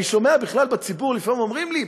אני שומע בכלל בציבור, לפעמים אומרים לי: